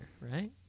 right